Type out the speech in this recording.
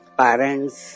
parents